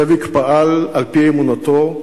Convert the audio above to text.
זאביק פעל על-פי אמונתו,